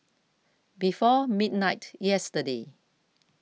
before midnight yesterday